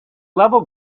level